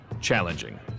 challenging